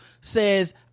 says